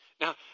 Now